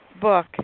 book